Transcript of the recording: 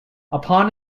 upon